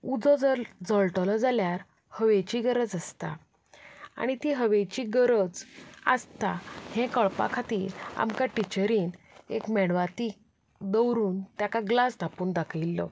उजो जर जळटलो जाल्यार हवेची गरज आसता आनी ती हवेची गरज आसता हें कळपा खातीर आमकां टिचरीन एक मेणवाती दवरून ताका ग्लास धांपून दाखयिल्लो